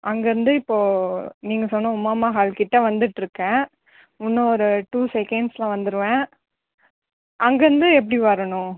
அங்கேயிருந்து இப்போது நீங்கள் சொன்ன உமா மஹால் கிட்டே வந்துவிட்டு இருக்கேன் இன்னும் ஒரு டூ செகேண்ட்ஸில் வந்துடுவேன் அங்கேருந்து எப்படி வரணும்